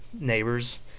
neighbors